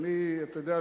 אתה יודע,